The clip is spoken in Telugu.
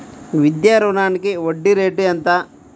విద్యా రుణానికి వడ్డీ రేటు ఎంత?